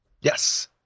Yes